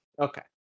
okay